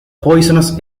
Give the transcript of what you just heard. poisonous